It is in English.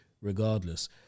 regardless